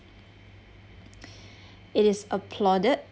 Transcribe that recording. it is applauded